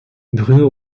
bruno